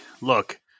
look